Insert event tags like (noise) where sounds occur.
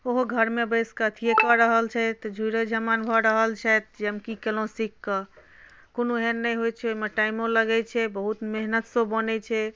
ओहो घरमे बैसके अथिये कऽ रहल छै तऽ (unintelligible) भऽ रहल छैथ जे हम कि केलहुँ सिखकऽ कोनो एहन नहि होइ छै ओहिमे टाइमो लगै छै बहुत मेहनतसँ ओ बनै छै